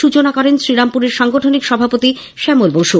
সূচনা করেন শ্রীরামপুরের দলের সাংগঠনিক সভাপতি শ্যামল বসু